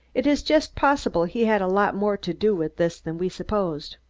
it is just possible he had a lot more to do with this than we supposed.